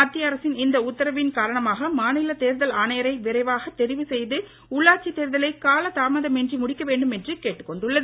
மத்திய அரசின் இந்த உத்தரவின் காரணமாக மாநில தேர்தல் ஆணையரை விரைவாக தெரிவு செய்து உள்ளாட்சி தேர்தலை காலதாமதமின்றி முடிக்க வேண்டும் என்று கேட்டுக் கொண்டுள்ளது